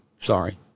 Sorry